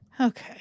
okay